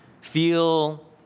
feel